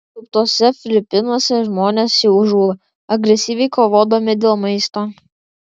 taifūno nusiaubtuose filipinuose žmonės jau žūva agresyviai kovodami dėl maisto